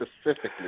specifically